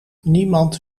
niemand